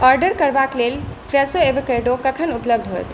order करबाक लेल फ़्रेशो एवोकेडो कखन उपलब्ध होएत